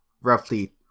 roughly